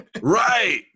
Right